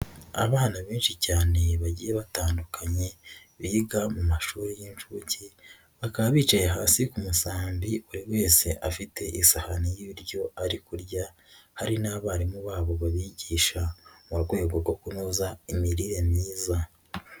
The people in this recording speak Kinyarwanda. Abana benshi cyane bagiye batandukanye, biga mu mashuri y'inshuke, bakaba bicaye hasi ku musambi buri wese afite isahani y'ibiryo ari kurya, hari n'abarimu babo baabigisha mu rwego rwo kunoza imirire myiza.